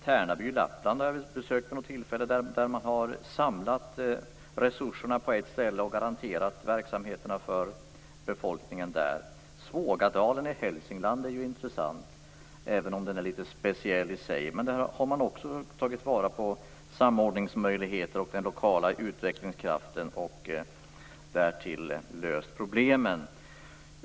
Vid något tillfälle har jag besökt Tärnaby i Lappland, där man har samlat resurserna på ett ställe och garanterat verksamheterna för befolkningen där. Svågadalen i Hälsingland är också intressant, även om den är litet speciell i sig. Där har man också tagit vara på samordningsmöjligheterna och den lokala utvecklingskraften, och därtill löst problemen.